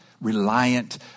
reliant